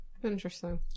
Interesting